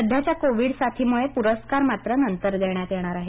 सध्याच्या कोविड साथीमुळे पुरस्कार नंतर देण्यात येणार आहेत